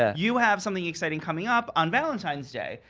ah you have something exciting coming up on valentine's day.